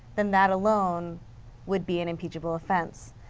then that alone would be and impeachable offense.